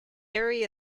area